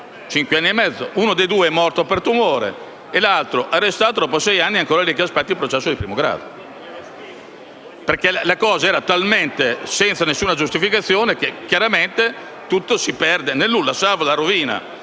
(cinque anni e mezzo): uno dei due è morto per tumore e l'altro, arrestato, dopo sei anni è ancora lì che aspetta il processo di primo grado, perché la cosa era talmente priva di qualunque giustificazione che chiaramente tutto si perde nel nulla, salvo la rovina